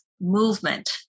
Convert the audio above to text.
movement